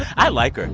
i like her.